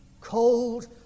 cold